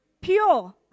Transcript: pure